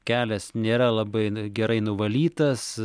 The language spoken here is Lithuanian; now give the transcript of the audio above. kelias nėra labai gerai nuvalytas